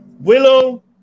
Willow